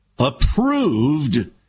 approved